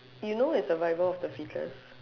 you know it's survival of the fittest